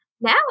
now